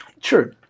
True